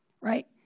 right